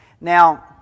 Now